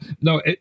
No